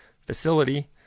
facility